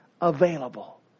available